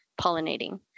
pollinating